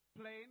plane